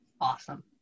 awesome